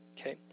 Okay